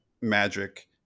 magic